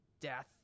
death